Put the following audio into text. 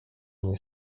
nie